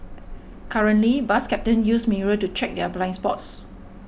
currently bus captains use mirrors to check their blind spots